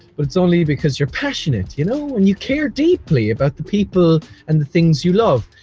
but it's only because you're passionate, you know, and you care deeply about the people and the things you love.